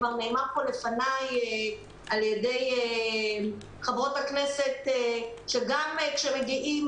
נאמר פה לפניי על ידי חברות הכנסת שגם כשמגיעים